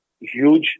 huge